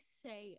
say